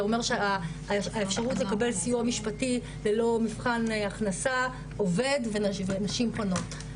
זה אומר שהאפשרות לקבל סיוע משפטי ללא מבחן הכנסה עובד ונשים פונות.